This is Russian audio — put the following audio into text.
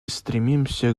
стремимся